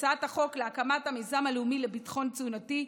הצעת החוק להקמת המיזם הלאומי לביטחון תזונתי,